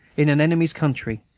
in an enemy's country,